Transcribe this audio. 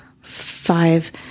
five